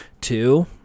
Two